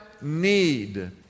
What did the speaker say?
need